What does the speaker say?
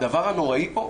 הדבר הנוראי פה,